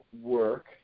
work